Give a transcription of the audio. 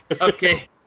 Okay